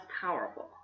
powerful